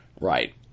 Right